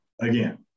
again